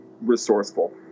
resourceful